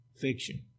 fiction